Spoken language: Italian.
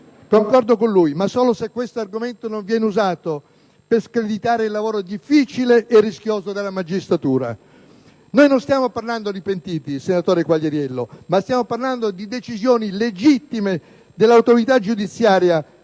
concordo con lui, ma solo se questo argomento non viene usato per screditare il lavoro difficile e rischioso della magistratura. Noi non stiamo parlando di pentiti, senatore Quagliariello, ma di decisioni legittime dell'autorità giudiziaria,